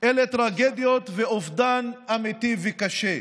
אלה טרגדיות ואובדן אמיתי וקשה.